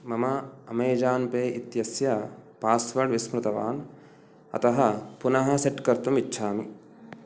मम Amazon pay इत्यस्य password विस्मृतवान् अतः पुनः सेट् कर्तुम् इच्छामि